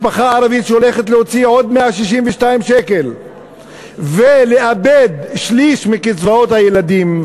משפחה ערבית הולכת להוציא עוד 162 שקל ולאבד שליש מקצבאות הילדים.